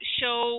show